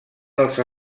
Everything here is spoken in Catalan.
dels